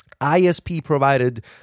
ISP-provided